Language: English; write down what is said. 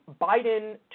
Biden